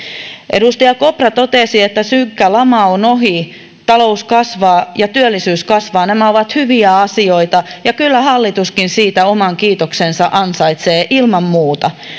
edustaja kopra totesi että synkkä lama on ohi talous kasvaa ja työllisyys kasvaa nämä ovat hyviä asioita ja kyllä hallituskin siitä oman kiitoksensa ansaitsee ilman muuta